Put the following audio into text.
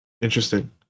interesting